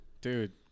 Dude